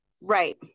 right